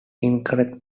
incorrect